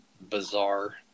bizarre